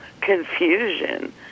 confusion